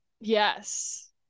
Yes